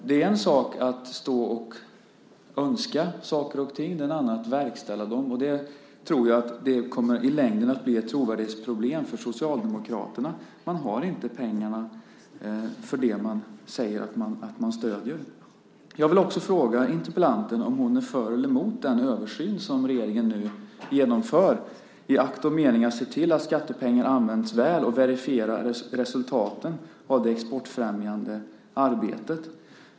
Det är en sak att stå och önska saker och ting och en annan att verkställa dem. Jag tror att det i längden kommer att bli ett trovärdighetsproblem för Socialdemokraterna. Man har inte pengarna för det man säger att man stöder. Jag vill också fråga interpellanten om hon är för eller emot den översyn som regeringen nu genomför i akt och mening att se till att skattepengar används väl och verifiera resultaten av det exportfrämjande arbetet.